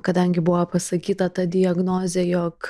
kadangi buvo pasakyta ta diagnozė jog